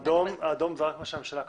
האדום, זה מה שהממשלה קבעה.